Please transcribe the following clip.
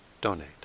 donate